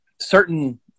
certain